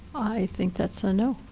i think that's a no.